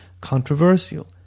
controversial